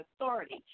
authority